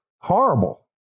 Horrible